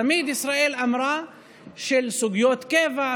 תמיד ישראל אמרה שסוגיות קבע,